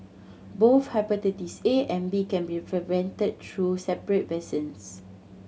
both hepatitis A and B can be prevented through separate vaccines